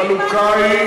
החלוקה היא,